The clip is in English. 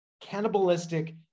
cannibalistic